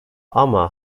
ama